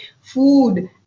food